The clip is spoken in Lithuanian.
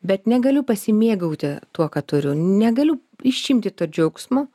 bet negaliu pasimėgauti tuo ką turiu negaliu išimti to džiaugsmo